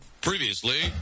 Previously